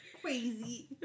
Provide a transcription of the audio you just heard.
Crazy